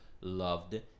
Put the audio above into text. loved